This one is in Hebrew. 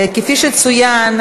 כפי שצוין,